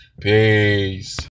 Peace